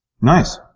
Nice